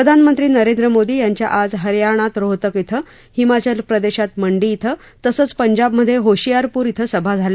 प्रधानमंत्री नरेंद्र मोदी यांच्या आज हरयाणात रोहतक इथं हिमाचल प्रदेशात मंडी इथं तसंच पंजाबमधे होशियारपूर इथं सभा झाल्या